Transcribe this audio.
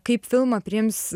kaip filmą priims